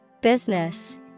Business